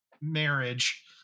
marriage